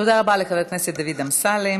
תודה רבה לחבר הכנסת דוד אמסלם.